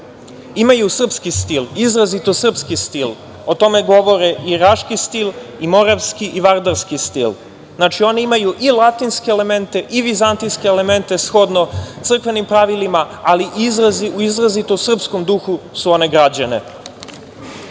imaju izrazito srpski stil. O tome govori i raški i moravski i vardarski stil. Znači, oni imaju i latinske i vizantijske elemente, shodno crkvenim pravilima, ali u izrazito srpskom duhu su one građene. Takođe,